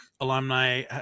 alumni